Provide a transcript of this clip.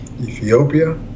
Ethiopia